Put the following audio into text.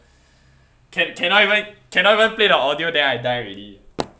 can~ cannot even cannot even play the audio then I die already